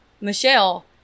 Michelle